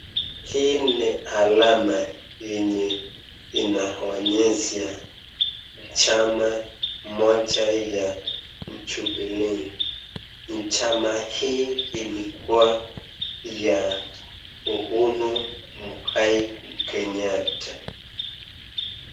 Hii ni alama yenye inaonyesha chama moja ya Jubilee. Chama hii Ilikuwa ya Uhuru Muigai Kenyatta.